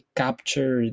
capture